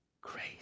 Grace